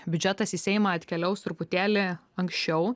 biudžetas į seimą atkeliaus truputėlį anksčiau